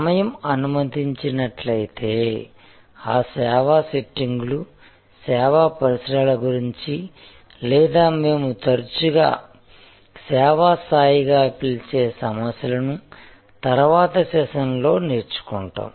సమయం అనుమతించి నట్లయితే ఆ సేవ సెట్టింగులు సేవా పరిసరాల గురించి లేదా మేము తరచుగా సేవా స్థాయి గా పిలిచే సమస్యలను తరువాతి సెషన్లో నేర్చుకుంటాం